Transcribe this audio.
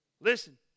Listen